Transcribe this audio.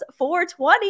420